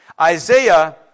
Isaiah